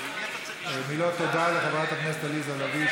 מילות תודה לחברת הכנסת לביא,